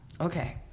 Okay